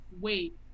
wait